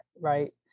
right